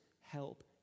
help